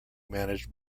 managed